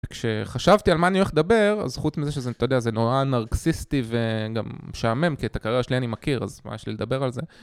כשחשבתי על מה אני הולך לדבר, אז חוץ מזה שזה נורא נרקסיסטי וגם משעמם, כי את הקריירה שלי אני מכיר, אז מה יש לי לדבר על זה?